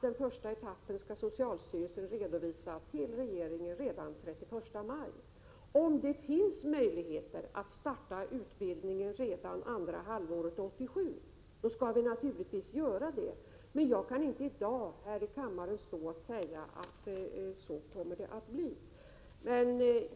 Den första etappen skall socialstyrelsen redovisa för regeringen redan den 31 maj, Om det finns möjligheter att starta utbildningen redan andra halvåret 1987, skall vi naturligtvis göra det, men jag kan inte i dag stå här och säga att det kommer att bli så.